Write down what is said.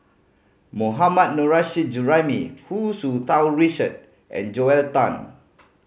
Mohammad Nurrasyid Juraimi Hu Tsu Tau Richard and Joel Tan